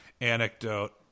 anecdote